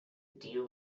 deal